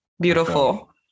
beautiful